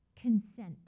Consent